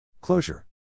Closure